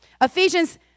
Ephesians